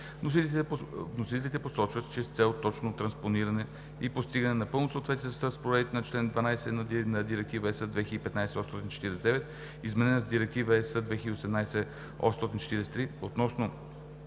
Вносителите посочват, че с цел точно транспониране и постигане на пълно съответствие с разпоредбите на чл. 12 на Директива ЕС 2015/849, изменена с Директива ЕС 2018/843, относно